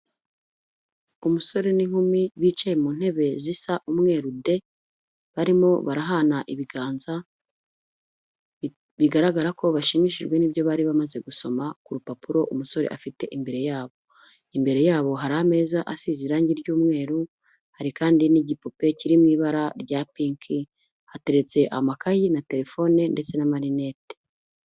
Umusore n'inkumi bicaye mu ntebe zisa umweru de, barimo barahana ibiganza, bigaragara ko bashimishijwe n'ibyo bari bamaze gusoma ku rupapuro umusore afite imbere yabo, imbere yabo hari ameza asize irangi ry'umweru, hari kandi n'igipupe kiri mu ibara rya pinki, hateretse amakayi na telefone ndetse n'amarinete.